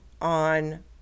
on